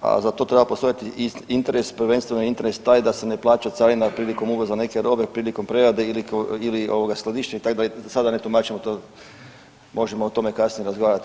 a za to treba postojati interes, prvenstveno interes taj da se ne plaća carina prilikom uvoza neke robe, prilikom prerade ili ovoga skladištenja tako da sada ne tumačimo to, možemo o tome kasnije razgovarati.